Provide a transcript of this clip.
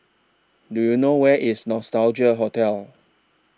Do YOU know Where IS Nostalgia Hotel